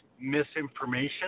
misinformation